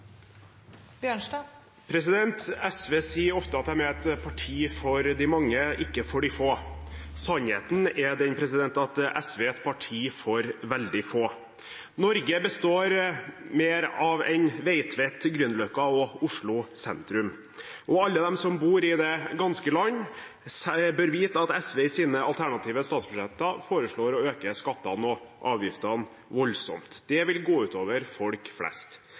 et parti for de mange, ikke for de få. Sannheten er den at SV er et parti for veldig få. Norge består av mer enn Veitvet, Grünerløkka og Oslo sentrum, og alle som bor i det ganske land, bør vite at SV i sine alternative statsbudsjetter foreslår å øke skattene og avgiftene voldsomt. Det vil gå ut over folk flest.